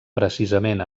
precisament